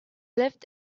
lived